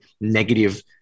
negative